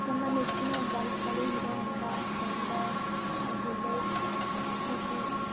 ನಮ್ಮ ನೆಚ್ಚಿನ ಬೈಕ್ಗಳು Hero Honda Splendor Bullet scooty